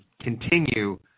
continue